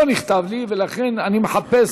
לא נכתב לי ולכן אני מחפש,